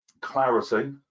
clarity